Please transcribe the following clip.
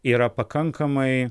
yra pakankamai